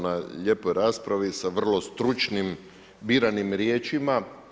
na lijepoj raspravi sa vrlo stručnim, biranim riječima.